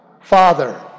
Father